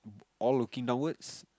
all looking downwards